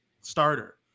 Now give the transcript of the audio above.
starter